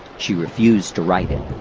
she refused to write it.